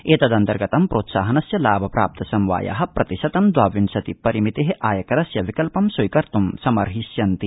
एतेषाम् अन्तर्गतं प्रोत्साहनस्य लाभ प्राप्त समवाया प्रतिशतं द्वाविंशति परिमिते आयकरस्य विकल्पं स्वीकर्त् शक्न्वन्ति